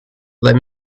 let